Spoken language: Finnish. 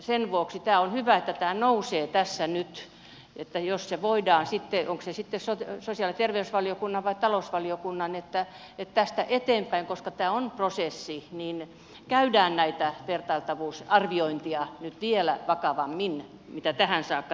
sen vuoksi on hyvä että tämä nousee tässä nyt ja onko se sitten sosiaali ja terveysvaliokunnan vai talousvaliokunnan tästä eteenpäin koska tämä on prosessi ja käydään näitä vertailtavuusarviointeja vielä vakavammin kuin tähän saakka